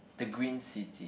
the green city